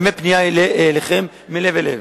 פנייה אליכם מלב אל לב: